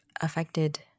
affected